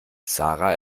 sarah